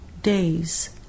days